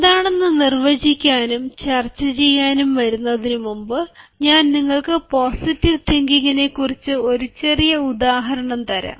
എന്താണെന്ന് നിർവചിക്കാനും ചർച്ചചെയ്യാനും വരുന്നതിനുമുമ്പ് ഞാൻ നിങ്ങൾക്ക് പോസിറ്റീവ് തിങ്കിംഗ്ങ്ങിനെ കുറിച്ച് ഒരു ചെറിയ ഉദാഹരണം തരാം